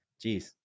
Jeez